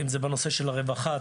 רווחה,